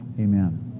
Amen